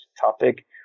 topic